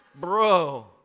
Bro